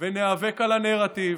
וניאבק על הנרטיב,